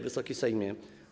Wysoki Sejmie!